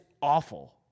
awful